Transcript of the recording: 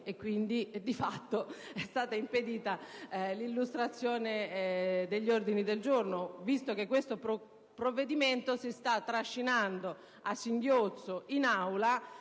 quindi, di fatto, è stata impedita l'illustrazione degli ordini del giorno. Questo provvedimento si sta trascinando a singhiozzo in Aula: